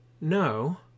No